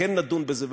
כן נדון בזה,